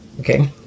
Okay